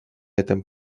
этом